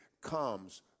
comes